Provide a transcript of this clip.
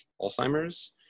alzheimer's